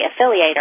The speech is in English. affiliate